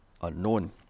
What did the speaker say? unknown